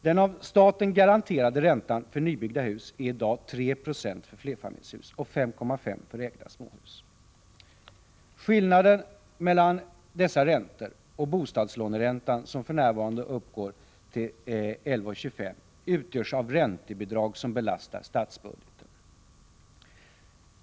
Den av staten garanterade räntan för nybyggda hus är i dag 390 för flerfamiljshus och 5,5 96 för ägda småhus. Skillnaden mellan dessa räntor och bostadslåneräntan, som för närvarande uppgår till 11,25 96, utgörs av räntebidrag som belastar statsbudgeten.